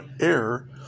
air